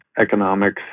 economics